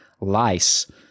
lice